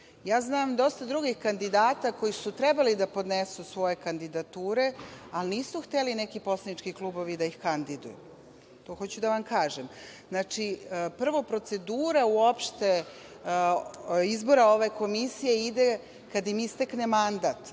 znam dosta drugih kandidata koji su trebali da podnesu svoje kandidature, ali nisu hteli neki poslanički klubovi da ih kandiduju. To hoću da vam kažem. Znači, prvo, procedura uopšte izbora ove Komisije ide kad im istekne mandat,